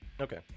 Okay